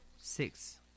Six